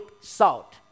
salt